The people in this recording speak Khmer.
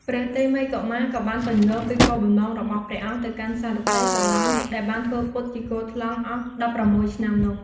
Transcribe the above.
ព្រះតេមិយកុមារក៏បានពន្យល់ពីគោលបំណងរបស់ព្រះអង្គទៅកាន់សារថីសុនន្ទដែលបានធ្វើពុតជាគថ្លង់អស់ ១៦ ឆ្នាំនោះ។